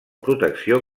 protecció